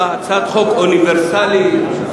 הכנסת ניצן הורוביץ מציג הצעת חוק אוניברסלית והוא